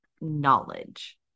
knowledge